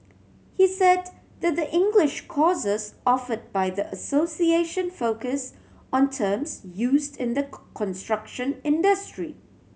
he said that the English courses offered by the association focus on terms used in the construction industry